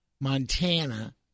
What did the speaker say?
Montana